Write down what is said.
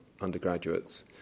undergraduates